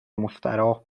مستراح